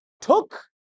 took